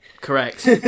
correct